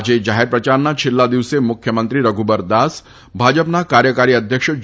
આજે જાહેર પ્રચારના છેલ્લા દિવસે મુખ્યમંત્રી રધુબર દાસ ભાજપના કાર્યકારી અધ્યક્ષ જે